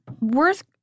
Worth